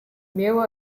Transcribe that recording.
mirror